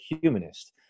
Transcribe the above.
humanist